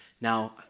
now